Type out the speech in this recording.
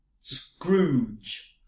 Scrooge